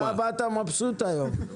לא, אתה באת מבסוט היום.